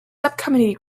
subcommittee